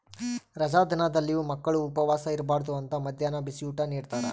ರಜಾ ದಿನದಲ್ಲಿಯೂ ಮಕ್ಕಳು ಉಪವಾಸ ಇರಬಾರ್ದು ಅಂತ ಮದ್ಯಾಹ್ನ ಬಿಸಿಯೂಟ ನಿಡ್ತಾರ